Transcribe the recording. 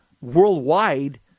worldwide